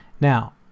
Now